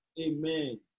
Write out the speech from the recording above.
Amen